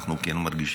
אנחנו כן מרגישים,